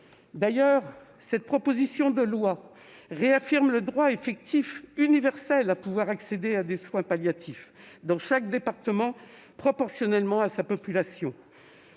D'ailleurs, cette proposition de loi réaffirme le droit effectif universel à accéder à des soins palliatifs dans tous les départements, proportionnellement à leur population.